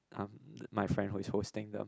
um my friend who is hosting the